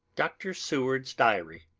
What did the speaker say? dr. seward's diary.